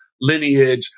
lineage